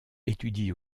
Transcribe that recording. étudie